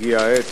הגיעה העת.